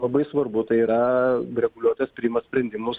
labai svarbu tai yra reguliuotojas priima sprendimus